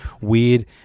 weird